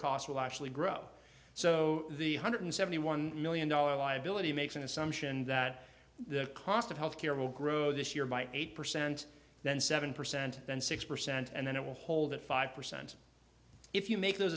costs will actually grow so the hundred seventy one million dollars liability makes an assumption that the cost of health care will grow this year by eight percent then seven percent then six percent and then it will hold at five percent if you make those